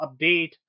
update